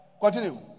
Continue